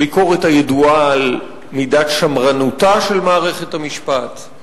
הביקורת הידועה על מידת שמרנותה של מערכת המשפט,